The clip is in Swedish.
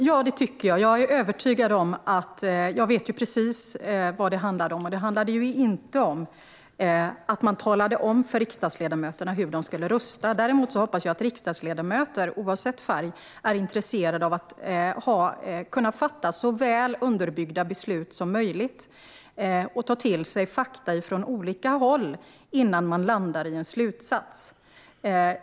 Herr talman! Ja, det tycker jag. Jag vet precis vad frågan handlade om. Den handlade inte om att tala om för riksdagsledamöterna hur de skulle rösta. Jag hoppas att riksdagsledamöter, oavsett färg, kan fatta så väl underbyggda beslut som möjligt och ta till sig fakta från olika håll innan de landar i en slutsats.